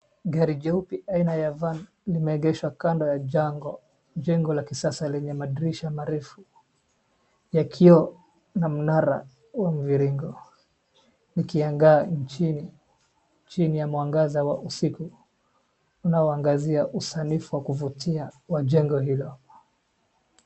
Gari jeupe aina ya van limeegeshwa kando ya jengo la kisasa lenye madirisha marefu ya kioo na mnara wa mviringo, likiangaa nchini chini ya mwangaza wa usiku unaoangazia usanifu wa kuvutia wa jengo hilo.